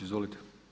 Izvolite.